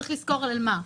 צריך לזכור על מה.